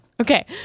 Okay